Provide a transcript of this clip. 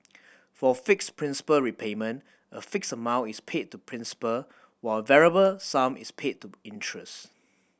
for fixed principal repayment a fixed amount is paid to principal while variable sum is paid to interest